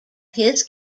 his